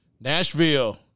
Nashville